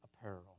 apparel